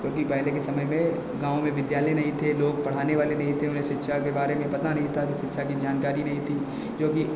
क्योंकि पहले के समय में गाँव में विद्यालय नहीं थे लोग पढ़ाने वाले नहीं थे उन्हें शिक्षा के बारे में पता नहीं था कि शिक्षा की जानकारी नहीं थी जो कि